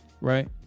right